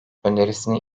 önerisini